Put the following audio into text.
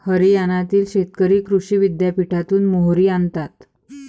हरियाणातील शेतकरी कृषी विद्यापीठातून मोहरी आणतात